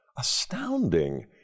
astounding